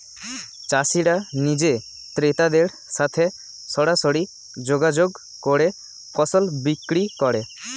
চাষিরা নিজে ক্রেতাদের সাথে সরাসরি যোগাযোগ করে ফসল বিক্রি করে